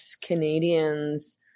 Canadians